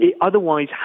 otherwise